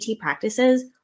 practices